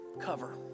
cover